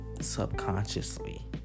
subconsciously